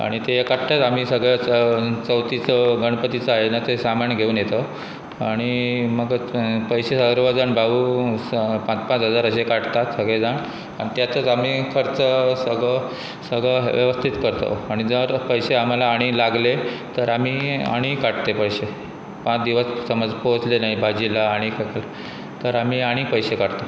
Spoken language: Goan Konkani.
आनी ते काडटच आमी सगळे चवथीचो गणपतीचो आयनाच सामाण घेवन येतो आनी म्हाका पयशे सर्व जाण भाऊ पांच पांच हजार अशे काडट सगळे जाण आनी त्यातच आमी खर्च सगो सगळो वेवस्थीत करत आनी जर पयशे आम आनी लागले तर आमी आनी काडट पयशे पांच दिवस समज पोचले नाय भाजीला आनी तर आमी आनी पयशे काडट